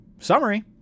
Summary